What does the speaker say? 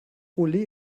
olé